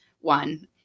one